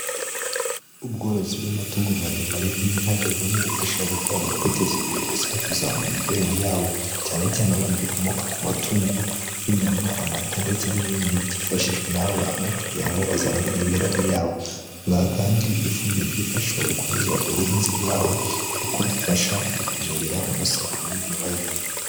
Ubworozi bw'amatungo maremare nk'inka, ni bumwe mu bufasha gukora mu kwiteza imbere ndetse no kuzamura imibereho yawo, cyane cyane babona ibikomoka ku matungo nk'inyama, amata ndetse n'ibindi byifashishwa n'aba bantu, kugira ngo bazamure imibereho yabo. Ribaha kandi ifumbire ryifashishwa mu kunoza ubuhinzi bwabo, kuko bifasha mu kuzongera umusaruro w'ibyo bahinga.